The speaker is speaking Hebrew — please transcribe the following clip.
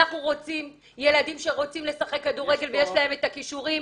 אנחנו רוצים ילדים שרוצים לשחק כדורגל ויש להם כישורים,